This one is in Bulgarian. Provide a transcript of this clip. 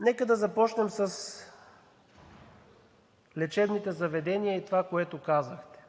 Нека да започнем с лечебните заведения и това, което казахте.